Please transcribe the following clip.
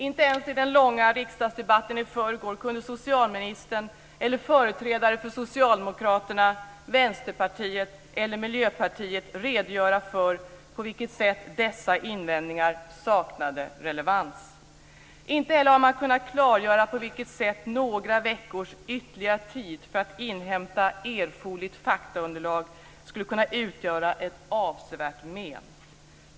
Inte ens i den långa riksdagsdebatten i förrgår kunde socialministern eller företrädare för Socialdemokraterna, Vänsterpartiet eller Miljöpartiet redogöra för på vilket sätt dessa invändningar saknade relevans. Inte heller har man kunnat klargöra på vilket sätt några veckors ytterligare tid för att inhämta erforderligt faktaunderlag skulle kunna utgöra ett avsevärt men.